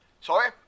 Sorry